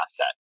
asset